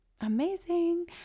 amazing